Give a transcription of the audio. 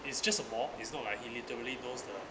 it's just a ball is not like he literally knows the